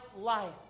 life